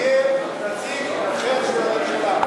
אז לכבוד הכנסת שיהיה נציג אחר של הממשלה,